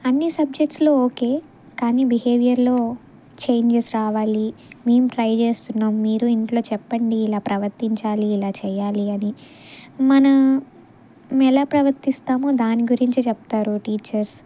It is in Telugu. అన్ని సబ్జెక్ట్స్లో ఓకే కానీ బిహేవియర్లో చేంజెస్ రావాలి మేము ట్రై చేస్తున్నాము మీరు ఇంట్లో చెప్పండి ఇలా ప్రవర్తించాలి ఇలా చెయ్యాలి అని మనం ఎలా ప్రవర్తిస్తామో దాని గురించి చెప్తారు టీచర్స్